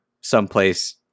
someplace